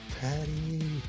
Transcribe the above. Patty